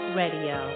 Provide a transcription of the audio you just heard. radio